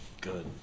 Good